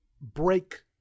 break